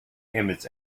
images